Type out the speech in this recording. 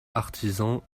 artisans